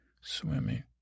swimming